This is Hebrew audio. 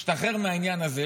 תשתחרר מהעניין הזה.